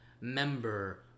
member